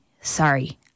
sorry